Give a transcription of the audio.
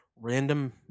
random